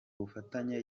bufatanye